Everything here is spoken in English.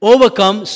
Overcome